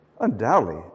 Undoubtedly